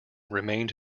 remained